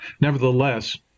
nevertheless